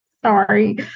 sorry